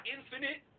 Infinite